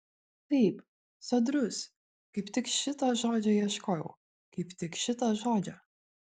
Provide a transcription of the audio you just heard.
taip sodrus kaip tik šito žodžio ieškojau kaip tik šito žodžio